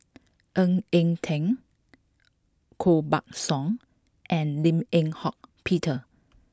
Ng Eng Teng Koh Buck Song and Lim Eng Hock Peter